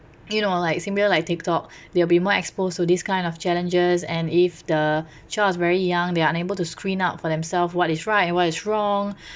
you know like similar like tiktok they'll will be more exposed to this kind of challenges and if the child is very young they are unable to screen out for themselves what is right and what is wrong